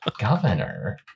governor